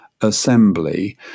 assembly